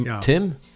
Tim